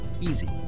easy